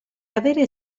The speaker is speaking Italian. avere